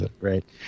Right